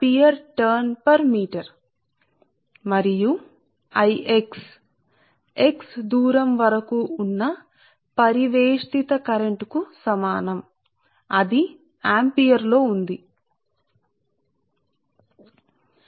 ఇక్కడ కూడా ఇది x కండక్టర్ మధ్య నుండి x దూరం లో ఉందిసరే ఇది కండక్టర్ యొక్క కేంద్రం నుండి x దూరం వద్ద సరే మరియు x దూరం వరకు ఉన్న పరివేష్టిత కరెంటు I x కు సమానము సరే అది ఆంపియర్ లో ఉంది సరే